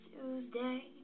Tuesday